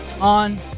on